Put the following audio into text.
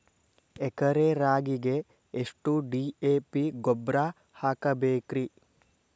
ಎಕರೆ ರಾಗಿಗೆ ಎಷ್ಟು ಡಿ.ಎ.ಪಿ ಗೊಬ್ರಾ ಹಾಕಬೇಕ್ರಿ?